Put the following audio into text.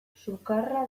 sukarra